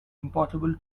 impossible